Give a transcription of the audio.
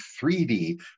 3D